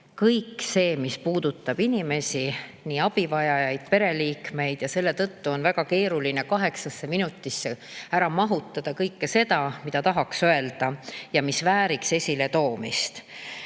kõik see, mis puudutab inimesi – nii abivajajaid kui ka pereliikmeid –, ja selle tõttu on väga keeruline kaheksasse minutisse ära mahutada kõike seda, mida tahaks öelda ja mis vääriks esiletoomist.